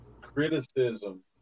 criticism